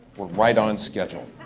we're right on and schedule,